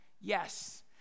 Yes